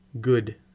Good